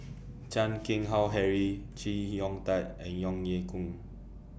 Chan Keng Howe Harry Chee Hong Tat and Ong Ye Kung